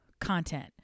content